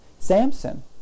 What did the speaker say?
Samson